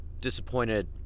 disappointed